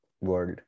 world